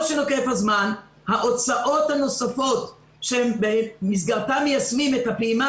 ההוצאות הנוספות שבמסגרתן מיישמים את הפעימה